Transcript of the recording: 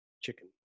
chicken